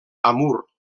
amur